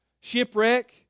shipwreck